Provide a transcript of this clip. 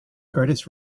curtiss